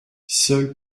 seul